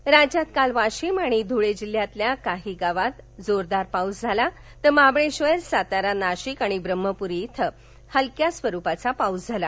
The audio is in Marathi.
हवामान राज्यात काल वाशिम आणि धुळे जिल्ह्यातील काही गावात जेरदार पाऊस झाला तर महाबळेधर सातारा नाशिक आणि ब्रम्हपुरी ॐ हलक्या स्वरुपाचा पाऊस झाला